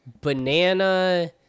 banana